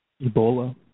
Ebola